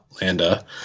Landa